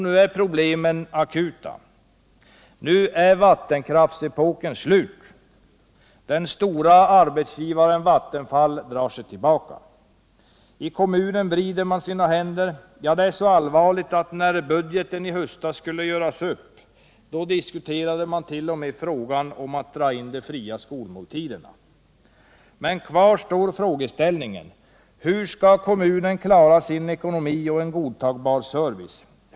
Nu är problemen akuta. Nu är vattenkraftsepoken slut. Den stora arbetsgivaren Vattenfall drar sig tillbaka. I kommunen vrider man sina händer. Ja, det är så allvarligt att när budgeten i höstas skulle göras upp diskuterade man t.o.m. frågan om att dra in de fria skolmåltiderna. Kvar står frågorna: Hur skall kommunen klara sin ekonomi och en godtagbar service?